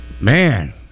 Man